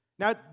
Now